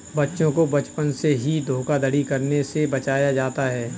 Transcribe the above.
बच्चों को बचपन से ही धोखाधड़ी करने से बचाया जाता है